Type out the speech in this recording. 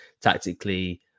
tactically